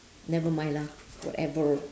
nevermind lah whatever